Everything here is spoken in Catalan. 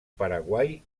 paraguai